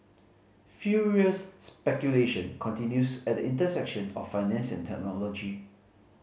furious speculation continues at the intersection of finance and technology